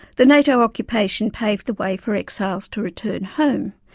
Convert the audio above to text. the nato occupation paved the way for exiles to return home.